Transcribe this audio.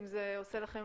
אם זה עושה לכם